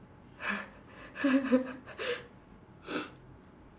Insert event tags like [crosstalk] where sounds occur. [laughs]